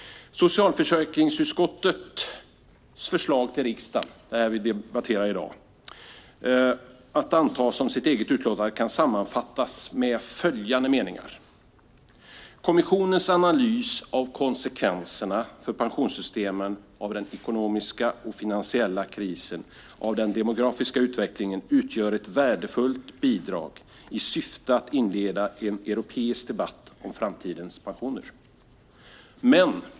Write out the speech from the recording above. Socialförsäkringsutskottets förslag till riksdagen, som vi debatterar i dag, att anta som sitt eget utlåtande kan sammanfattas med följande meningar: Kommissionens analys av konsekvenserna för pensionssystemen av den ekonomiska och finansiella krisen av den demografiska utvecklingen utgör ett värdefullt bidrag i syfte att inleda en europeisk debatt om framtidens pensioner.